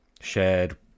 shared